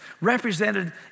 represented